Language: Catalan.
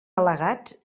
al·legats